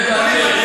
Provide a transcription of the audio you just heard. תגנה.